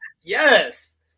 yes